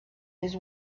this